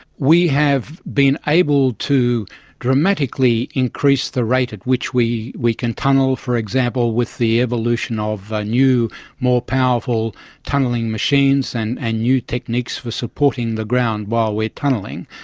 we have been able to dramatically increase the rate at which we we can tunnel, for example, with the evolution of new more powerful tunnelling machines and and new techniques for supporting the ground while we're tunnelling.